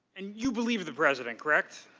and you believe the president, correct?